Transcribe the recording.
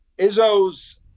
Izzo's